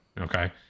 Okay